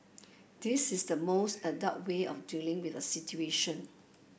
this is the most adult way of dealing with the situation